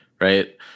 right